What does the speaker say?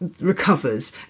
recovers